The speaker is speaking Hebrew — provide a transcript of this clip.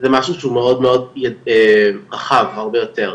זה משהו שהוא מאוד מאוד רחב הרבה יותר,